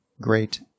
great